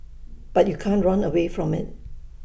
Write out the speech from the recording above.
but you can't run away from IT